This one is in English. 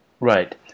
Right